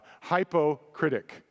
hypocritic